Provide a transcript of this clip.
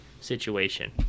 situation